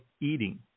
eating